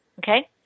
okay